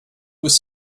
was